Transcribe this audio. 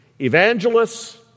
evangelists